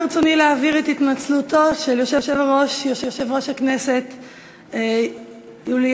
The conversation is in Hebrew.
ברצוני להעביר את התנצלותו של יושב-ראש הכנסת יולי